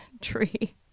tree